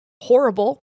horrible